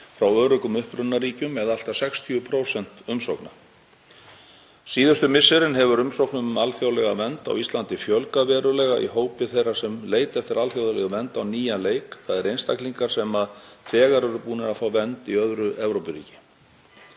frá öruggum upprunaríkjum eða allt að 60% umsókna. Síðustu misserin hefur umsóknum um alþjóðlega vernd á Íslandi fjölgað verulega í hópi þeirra sem leita eftir alþjóðlegri vernd á nýjan leik, þ.e. einstaklingar sem þegar eru búnir að fá vernd í öðru Evrópuríki.